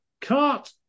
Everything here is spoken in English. cut